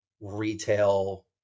retail